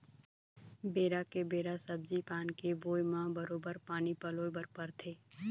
बेरा के बेरा सब्जी पान के बोए म बरोबर पानी पलोय बर परथे